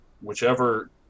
whichever –